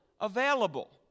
available